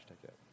ticket